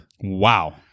Wow